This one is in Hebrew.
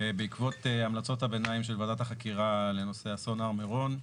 בעקבות המלצות הביניים של ועדת החקירה לנושא אסון הר מירון,